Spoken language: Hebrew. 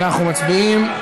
אנחנו מצביעים.